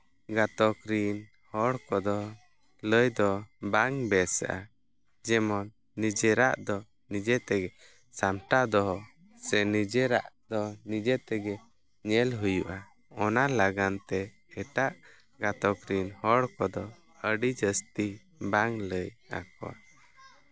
ᱜᱟᱛᱚᱠ ᱨᱮᱱ ᱦᱚᱲ ᱠᱚᱫᱚ ᱞᱟᱹᱭ ᱫᱚ ᱵᱟᱝ ᱵᱮᱥᱟ ᱡᱮᱢᱚᱱ ᱱᱤᱡᱮᱨᱟᱜ ᱫᱚ ᱱᱤᱡᱮ ᱛᱮᱜᱮ ᱥᱟᱢᱴᱟᱣ ᱫᱚᱦᱚ ᱥᱮ ᱱᱤᱡᱮᱨᱟᱜ ᱫᱚ ᱱᱤᱡᱮ ᱛᱮᱜᱮ ᱧᱮᱞ ᱦᱩᱭᱩᱜᱼᱟ ᱚᱱᱟ ᱞᱟᱜᱟᱱᱛᱮ ᱮᱴᱟᱜ ᱜᱟᱛᱚᱠ ᱨᱮᱱ ᱦᱚᱲ ᱠᱚᱫᱚ ᱟᱹᱰᱤ ᱡᱟᱹᱥᱛᱤ ᱵᱟᱝ ᱞᱟᱹᱭ ᱟᱠᱚᱣᱟ